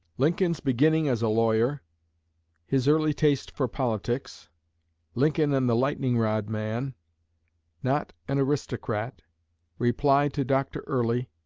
lincoln's beginning as a lawyer his early taste for politics lincoln and the lightning-rod man not an aristocrat reply to dr. early